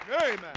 Amen